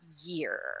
year